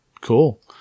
Cool